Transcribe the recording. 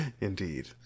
Indeed